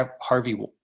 Harvey